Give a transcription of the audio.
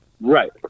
Right